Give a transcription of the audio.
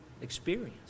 experience